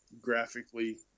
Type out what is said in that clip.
graphically